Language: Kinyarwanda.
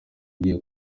igiye